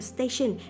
Station